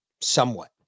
somewhat